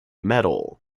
metal